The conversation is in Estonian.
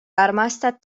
armastad